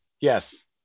Yes